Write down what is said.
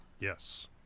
Yes